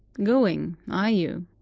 going, are you?